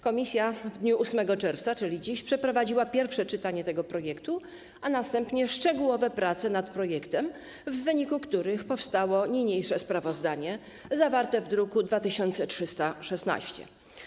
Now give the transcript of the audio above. Komisja w dniu 8 czerwca, czyli dziś, przeprowadziła pierwsze czytanie tego projektu, a następnie szczegółowe prace nad projektem, w wyniku których powstało niniejsze sprawozdanie, zawarte w druku nr 2316.